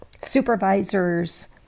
Supervisors